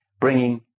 bringing